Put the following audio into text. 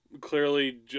clearly